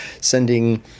sending